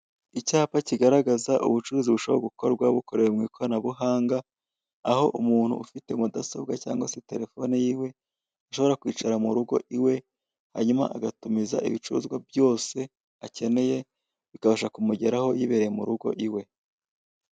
Icyapa kigaragaza ubucuruzi bushobora gukorwa bukorewe mwikoranabuhanga aho umuntu ufite mudasobwa cyangwa se telefoni yiwe, ashobora kwicara murugo iwe hanyuma agatumiza ibicuruzwa byose akeneye bikabasha kumugeraho yibereye murugo iwe.